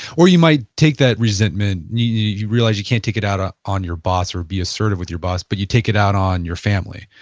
or you might take that resentment, you realize you can't take it out ah on your boss or be assertive with your boss but you take it out on your family,